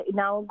now